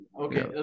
Okay